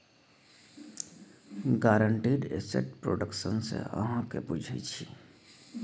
guaranteed asset production सँ अहाँ कि बुझै छी